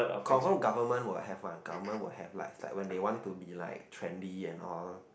confirm government will have one government will have like it's when they want to be like trendy and all